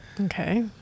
okay